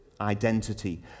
identity